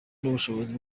n’ubushobozi